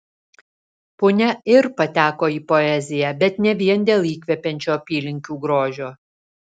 punia ir pateko į poeziją bet ne vien dėl įkvepiančio apylinkių grožio